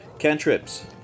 Cantrips